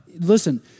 Listen